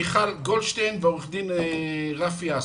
מיכל גודלשטיין ועורך דין רפי אסרף.